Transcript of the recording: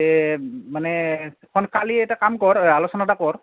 এই মানে এখন কালি এটা কাম কৰ আলোচনা এটা কৰ